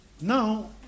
Now